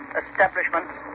establishments